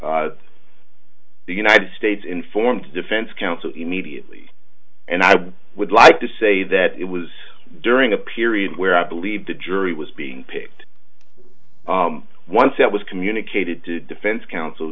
this the united states informed the defense counsel immediately and i would like to say that it was during a period where i believe the jury was being picked once it was communicated to the defense counsel